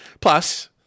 Plus